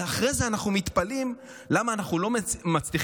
אחרי זה אנחנו מתפלאים למה אנחנו לא מצליחים